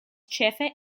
ĉefe